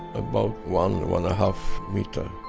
about one, one-and-a-half meter.